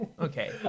Okay